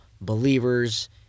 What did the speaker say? believers